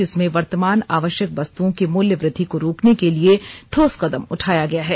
जिसमें वर्तमान आवश्यक वस्तुओं की मूल्य वृद्धि को रोकने के लिए ठोस कदम उठाया गया है